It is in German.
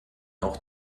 auch